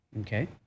Okay